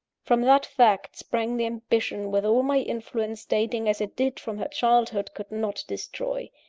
from that fact sprang the ambition which all my influence, dating as it did from her childhood, could not destroy.